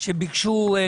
שביקשו להתייחס.